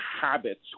habits